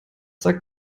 sagt